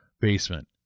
basement